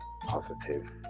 positive